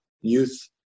youth